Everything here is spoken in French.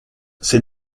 c’est